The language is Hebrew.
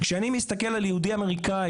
כשאני מסתכל על יהודי אמריקאי,